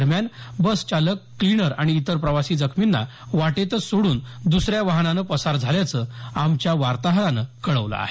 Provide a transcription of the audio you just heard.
दरम्यान बस चालक क्लीनर आणि इतर प्रवासी जखमींना वाटेतच सोडून दुसऱ्या वाहनानं पसार झाल्याचं आमच्या वार्ताहरानं कळवलं आहे